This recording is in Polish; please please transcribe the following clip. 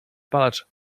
palacz